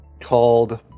called